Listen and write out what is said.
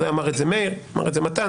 אמר את זה מאיר, אמר את זה מתן,